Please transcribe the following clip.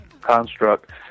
construct